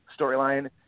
storyline